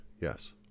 yes